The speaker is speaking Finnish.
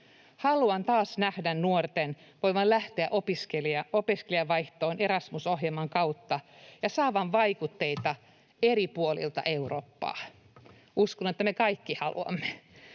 Haluan taas nähdä nuorten voivan lähteä opiskelijavaihtoon Erasmus-ohjelman kautta ja saavan vaikutteita eri puolilta Eurooppaa — uskon, että me kaikki haluamme.